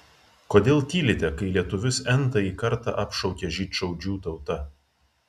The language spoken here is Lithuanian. kodėl tylite kai lietuvius n tąjį kartą apšaukia žydšaudžių tauta